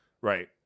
right